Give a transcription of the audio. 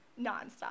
nonstop